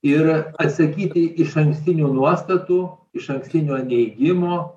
ir atsisakyti išankstinių nuostatų išankstinio neigimo